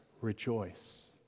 rejoice